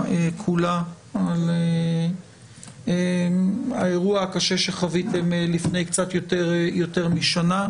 כולה על האירוע הקשה שחוויתם לפני קצת יותר משנה.